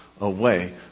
away